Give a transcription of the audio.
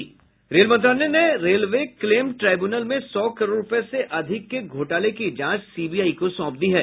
rail मंत्रालय ने railway claim tribunal में सौ करोड़ रूपये से अधिक के घोटाले की जांच सीबीआई को सौंप दी है